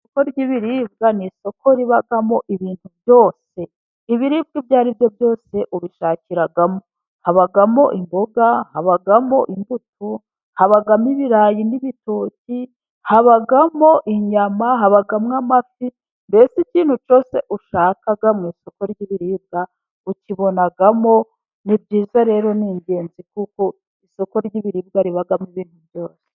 Isoko ry'ibiribwa， ni isoko ribamo ibintu byose， ibiribwa ibyo ari byo byose ubishakiramo. Habamo imboga，habamo imbuto， habamo ibirayi n'ibitoki， habamo inyama，habamo amafi，mbese ikintu cyose ushaka mu isoko ry'ibiribwa， ukibonamo. Ni byiza rero， ni ingenzi kuko isoko ry'ibiribwa ribamo ibintu byose.